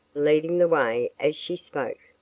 leading the way as she spoke.